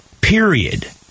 period